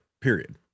Period